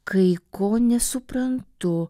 kai ko nesuprantu